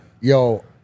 Yo